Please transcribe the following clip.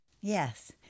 yes